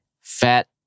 fat